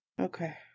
Okay